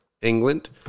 England